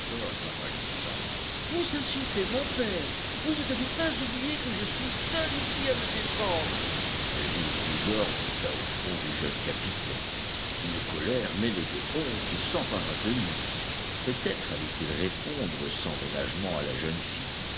pâlissant vous insultez mon père vous ne devez pas oublier que je suis seule ici à le défendre une vive rougeur monta au front du jeune capitaine une colère mêlée de honte s'empara de lui peut-être allait-il répondre sans ménagement à la jeune fille